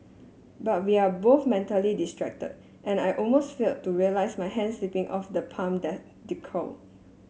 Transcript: but we are both mentally distracted and I almost fail to realise my hand slipping off the palm decal